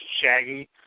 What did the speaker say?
Shaggy